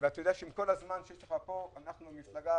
אנחנו מפלגה